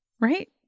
right